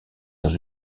dans